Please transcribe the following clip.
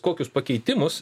kokius pakeitimus